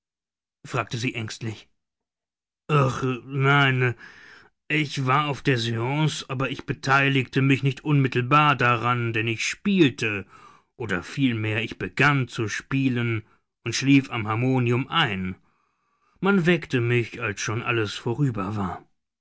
fragte sie ängstlich ach nein ich war auf der seance aber ich beteiligte mich nicht unmittelbar daran denn ich spielte oder vielmehr ich begann zu spielen und schlief am harmonium ein man weckte mich als schon alles vorüber war